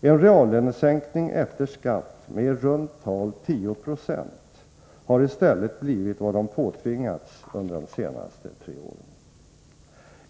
En reallönesänkning efter skatt medi runt tal 10 Yo har i stället blivit vad de påtvingats under de senaste tre åren.